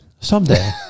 Someday